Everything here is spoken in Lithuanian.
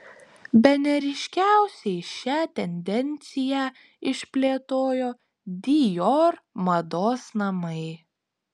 bene ryškiausiai šią tendenciją išplėtojo dior mados namai